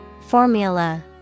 Formula